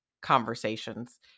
conversations